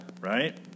Right